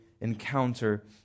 encounter